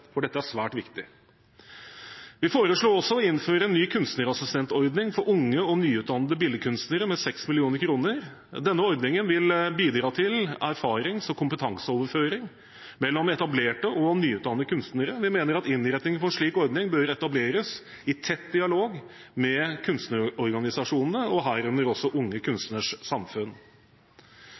for dette er svært viktig. Vi foreslo også å innføre en ny kunstnerassistentordning for unge og nyutdannede billedkunstnere på 6 mill. kr. Denne ordningen vil bidra til erfarings- og kompetanseoverføring mellom etablerte og nyutdannede kunstnere. Vi mener innretningen for en slik ordning bør etableres i tett dialog med kunstnerorganisasjonene, herunder også Unge